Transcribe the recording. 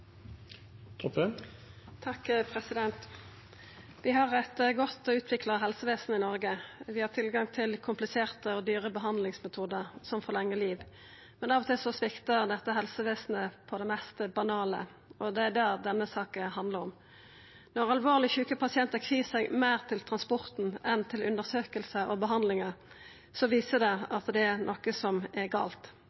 Vi har eit godt utvikla helsevesen i Noreg. Vi har tilgang til kompliserte og dyre behandlingsmetodar som forlengjer liv, men av og til sviktar dette helsevesenet på det mest banale, og det er det denne saka handlar om. Når alvorleg sjuke pasientar kvir seg meir til transporten enn til undersøkingar og behandlingar, viser det